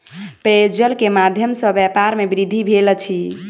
पेयजल के माध्यम सॅ व्यापार में वृद्धि भेल अछि